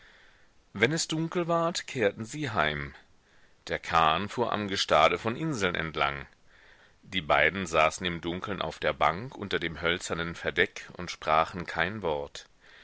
wenn es dunkel ward kehrten sie heim der kahn fuhr am gestade von inseln entlang die beiden saßen im dunkeln auf der bank unter dem hölzernen verdeck und sprachen kein wort